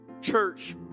church